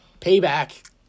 payback